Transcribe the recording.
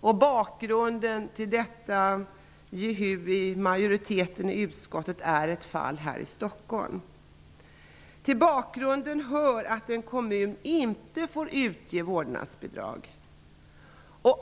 Anledningen till detta jehu i utskottsmajoriteten är ett fall här i Stockholm. Till bakgrunden hör att en kommun inte får utge vårdnadsbidrag.